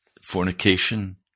fornication